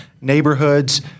neighborhoods